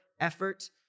effort